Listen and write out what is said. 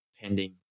pending